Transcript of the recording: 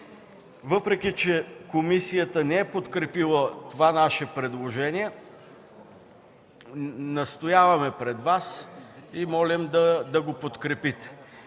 Въпреки че комисията не е подкрепила това наше предложение, настояваме пред Вас и молим да го подкрепите.